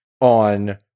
on